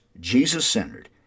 Jesus-centered